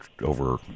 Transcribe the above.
over